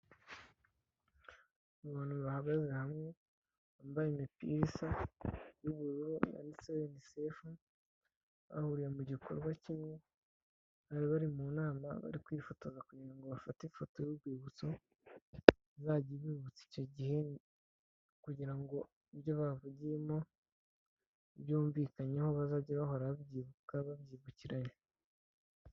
Abantu bahagaze hamwe bambaye imipira isa y' ubururu yanditseho UNICEF, bahuriye mu gikorwa kimwe bari bari mu nama bari kwifotoza kugira ngo bafate ifoto y'urwibutso, izajya bibutsa icyo gihe kugira ngo ibyo bavugiyemo byumvikanyeho bazajye bahora babyibuka babyibukiranya.